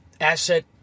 asset